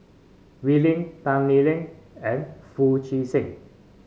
Wee Lin Tan Lee Leng and Foo Chee San